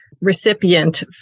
recipient